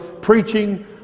preaching